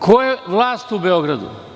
Ko je vlast u Beogradu?